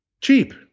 cheap